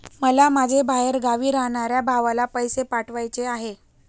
मला माझ्या बाहेरगावी राहणाऱ्या भावाला पैसे पाठवायचे आहे